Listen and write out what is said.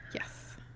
Yes